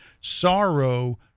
sorrow